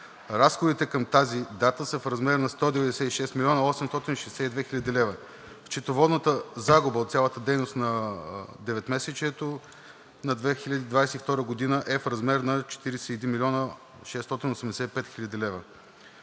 Разходите към тази дата са в размер на 196 млн. 862 хил. лв. Счетоводната загуба от цялата дейност на деветмесечието на 2022 г. е в размер на 41 млн. 685 хил. лв.